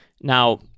Now